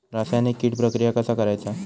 रासायनिक कीड प्रक्रिया कसा करायचा?